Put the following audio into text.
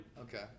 Okay